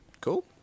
Cool